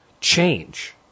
change